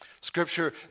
Scripture